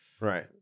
right